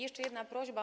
Jeszcze jedna prośba.